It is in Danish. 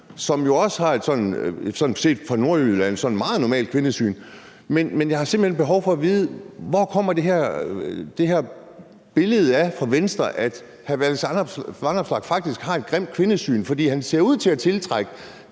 som jo også har et, som man ser på det i Nordjylland, sådan meget normalt kvindesyn. Men jeg har simpelt hen behov for at vide, hvor det her billede, Venstre tegner af, at hr. Alex Vanopslagh har et grimt kvindesyn, kommer fra. For han ser ud til at tiltrække